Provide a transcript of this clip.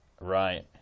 Right